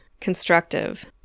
constructive